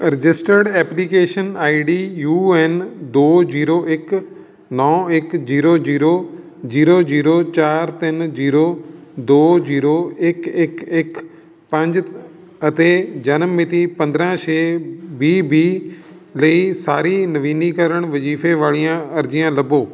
registered application I D U N ਦੋ zero ਇੱਕ ਨੌ ਇੱਕ ਜ਼ੀਰੋ ਜ਼ੀਰੋ ਜ਼ੀਰੋ ਜ਼ੀਰੋ ਚਾਰ ਤਿੰਨ ਜ਼ੀਰੋ ਦੋ ਜ਼ੀਰੋ ਇੱਕ ਇੱਕ ਇੱਕ ਪੰਜ ਅਤੇ ਜਨਮ ਮਿਤੀ ਪੰਜਰਾਂ ਛੇ ਵੀਹ ਵੀਹ ਲਈ ਸਾਰੀ ਨਵੀਨੀਕਰਨ ਵਜ਼ੀਫੇ ਵਾਲੀਆਂ ਅਰਜ਼ੀਆਂ ਲੱਭੋ